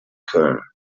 köln